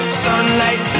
sunlight